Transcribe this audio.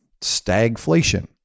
stagflation